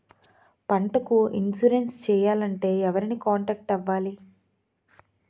పంటకు ఇన్సురెన్స్ చేయాలంటే ఎవరిని కాంటాక్ట్ అవ్వాలి?